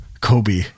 Kobe